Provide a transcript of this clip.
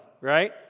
right